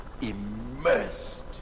immersed